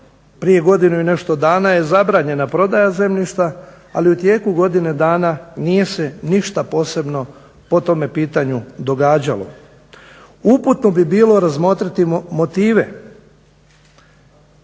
prije godinu i nešto dana je zabranjena prodaja zemljišta ali u tijeku godine dana nije se ništa posebno po tom pitanju događalo. Uputno bi bilo razmotriti motive